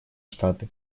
штаты